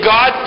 God